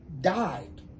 died